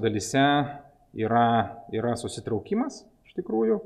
dalyse yra yra susitraukimas iš tikrųjų